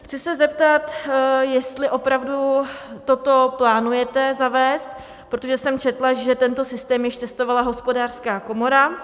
Chci se zeptat, jestli opravdu toto plánujete zavést, protože jsem četla, že tento systém již testovala Hospodářská komora.